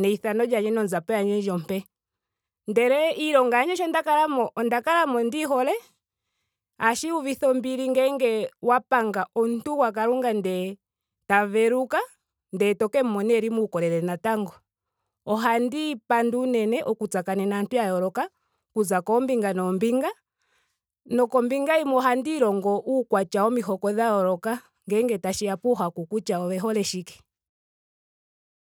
neithano lyandje nonzapo yandje ndji ompe. Ndele iilonga yandje sho nda kalamo. onda kalamo ndiyi hole. ohasi uvitha ombili ngele wa panga omuntu wa panga omuntu gwa kalunga ndele ta yeluka. ndele tokemu mona eli muukolele natango. Ohandiyi panda unene okutsakanena aantu ya yooloka. okuza koombinga noonbinga. nokombinga yimwe ohandi ilongo uukwatya womihoko dha yooloka. ngele tashiya kuuhaku kutya oye hole shike